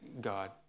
God